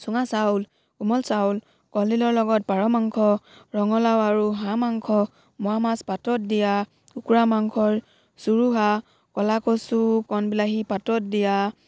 চুঙা চাউল কোমল চাউল কলডিলৰ লগত পাৰ মাংস ৰঙালাও আৰু হাঁহ মাংস মোৱা মাছ পাতত দিয়া কুকুৰা মাংসৰ চুৰুহা কলাকচু কণবিলাহী পাতত দিয়া